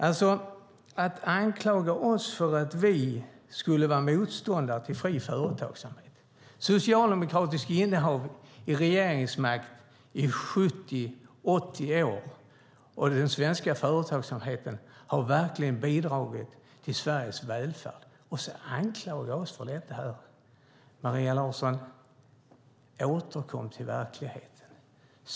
Anklaga inte oss för att vara motståndare till fri företagsamhet när vi har haft socialdemokratiskt innehav av regeringsmakten i 70-80 år och den svenska företagsamheten verkligen har bidragit till Sveriges välfärd! Maria Abrahamsson, återkom till verkligheten!